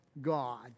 God